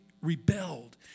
rebelled